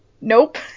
Nope